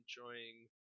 enjoying